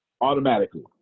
Automatically